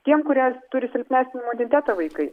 tiem kurie turi silpnesnį imunitetą vaikai